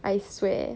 I swear